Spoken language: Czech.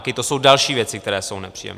To jsou další věci, které jsou nepříjemné.